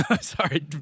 Sorry